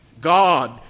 God